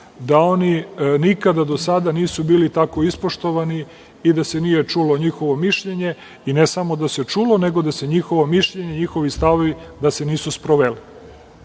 da oni nikada do sada nisu bili tako ispoštovani i da se nije čulo njihovo mišljenje, i ne samo da se čulo, nego da se njihovo mišljenje i njihovi stavovi da se nisu sproveli. Znači,